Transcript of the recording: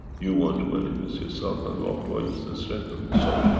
you want to manifest yourself and what point is the strength of your soul.